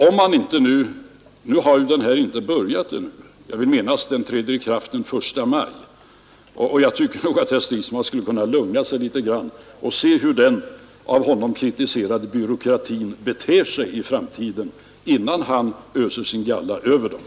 Överenskommelsen har ännu inte börjat tillämpas — jag vill minnas att den träder i kraft den 1 maj — och jag tycker nog att herr Stridman kunde ha lugnat sig litet och sett hur den av honom kritiserade byråkratin fungerar innan han öser sin galla över den.